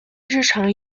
日常